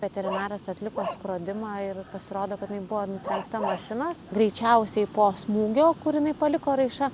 veterinaras atliko skrodimą ir pasirodo kad jinai buvo nutrenkta mašinos greičiausiai po smūgio kur jinai paliko raiša